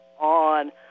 on